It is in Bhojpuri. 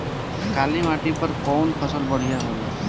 काली माटी पर कउन फसल बढ़िया होला?